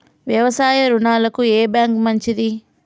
వ్యవసాయ రుణాలకు ఏ బ్యాంక్ మంచిది?